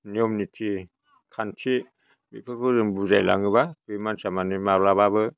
नियम निथि खान्थि बेफोरखौ जों बुजायलाङोब्ला बे मानसिआ माने माब्लाबाबो